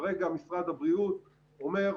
כרגע משרד הבריאות אומר,